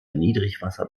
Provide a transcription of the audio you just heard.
niedrigwasser